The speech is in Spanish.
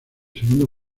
segundo